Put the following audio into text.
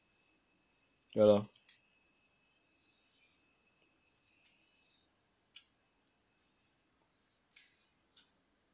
yah lor